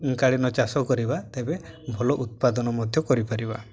କାଳୀନ ଚାଷ କରିବା ତେବେ ଭଲ ଉତ୍ପାଦନ ମଧ୍ୟ କରିପାରିବା